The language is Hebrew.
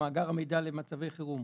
במאגר המידע למצבי חירום.